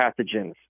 pathogens